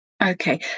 Okay